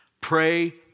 Pray